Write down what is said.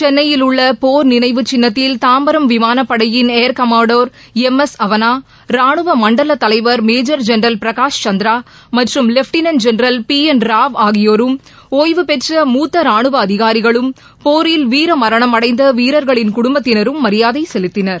சென்னையில் உள்ள போர் நினைவு சின்னத்தில் தாம்பரம் விமானப்படையின் ஏர்கமோடர் எம் எஸ் அவளா ரானுவ மண்டல தலைவர் மேஜர் ஜெனரல் பிரகாஷ் சந்திரா மற்றும் lieutenant general P N Rao ஆகியோரும் ஒய்வுபெற்ற மூத்த ரானுவ அதிகாரிகளும் போரில் வீரமரணமடைந்த வீரர்களின் குடும்பத்தினரும் மரியாதை செலுத்தினர்